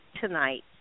tonight